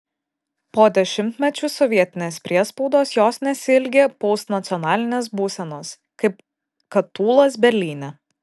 po dešimtmečių sovietinės priespaudos jos nesiilgi postnacionalinės būsenos kaip kad tūlas berlyne